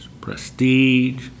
prestige